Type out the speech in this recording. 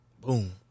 boom